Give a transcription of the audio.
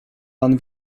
pan